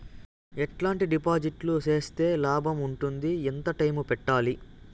ఎట్లాంటి డిపాజిట్లు సేస్తే లాభం ఉంటుంది? ఎంత టైము పెట్టాలి?